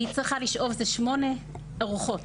היא צריכה לשאוב לשמונה ארוחות.